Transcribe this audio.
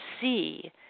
see